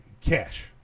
cash